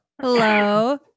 Hello